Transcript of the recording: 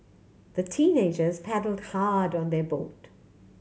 the teenagers paddled hard on their boat